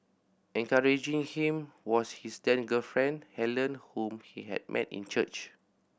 encouraging him was his then girlfriend Helen whom he had met in church